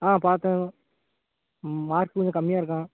ஆ பார்த்தேன் மார்க் கொஞ்சம் கம்மியாக இருக்கான்